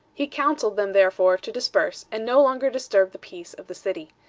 he counseled them, therefore, to disperse, and no longer disturb the peace of the city.